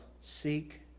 seek